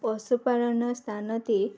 ପଶୁପାଳନ ସ୍ଥାନରେ